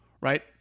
right